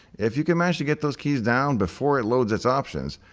if you can manage to get those keys down before it loads its options,